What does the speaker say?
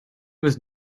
was